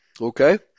Okay